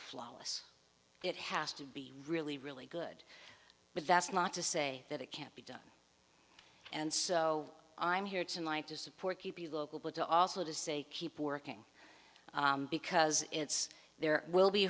flawless it has to be really really good but that's not to say that it can't be done and so i'm here tonight to support local but also to say keep working because it's there will be